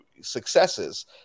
successes